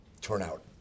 turnout